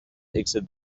exit